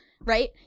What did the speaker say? Right